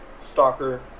Stalker